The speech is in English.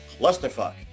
Clusterfuck